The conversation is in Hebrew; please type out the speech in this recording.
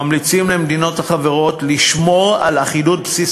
ממליצים למדינות החברות לשמור על אחידות בסיס